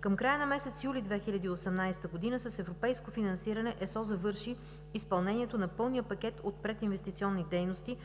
Към края на месец юли 2018 г. с европейско финансиране ЕСО завърши изпълнението на пълния пакет от прединвестиционни дейности,